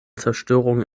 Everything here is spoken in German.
zerstörung